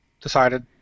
decided